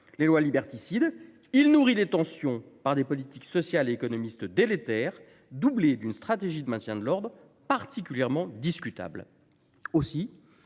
les lois liberticides. Il nourrit les tensions par des politiques sociales et économiques délétères, doublées d’une stratégie de maintien de l’ordre particulièrement discutable.